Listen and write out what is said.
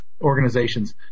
organizations